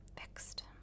Fixed